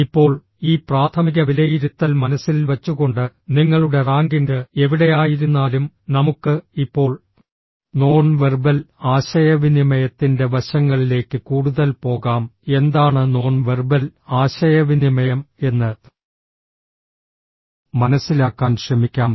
ഇപ്പോൾ ഈ പ്രാഥമിക വിലയിരുത്തൽ മനസ്സിൽ വച്ചുകൊണ്ട് നിങ്ങളുടെ റാങ്കിംഗ് എവിടെയായിരുന്നാലും നമുക്ക് ഇപ്പോൾ നോൺ വെർബൽ ആശയവിനിമയത്തിന്റെ വശങ്ങളിലേക്ക് കൂടുതൽ പോകാം എന്താണ് നോൺ വെർബൽ ആശയവിനിമയം എന്ന് മനസിലാക്കാൻ ശ്രമിക്കാം